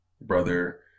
brother